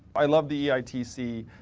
i love the eitc,